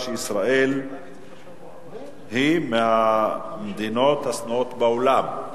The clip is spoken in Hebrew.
ישראל היא מהמדינות השנואות בעולם,